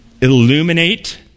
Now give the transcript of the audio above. Illuminate